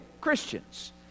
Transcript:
Christians